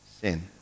sin